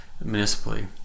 municipally